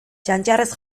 txantxarrez